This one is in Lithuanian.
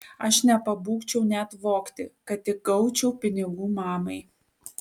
aš nepabūgčiau net vogti kad tik gaučiau pinigų mamai